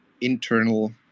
internal